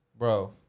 Bro